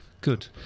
Good